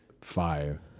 fire